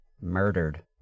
murdered